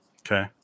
Okay